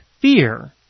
fear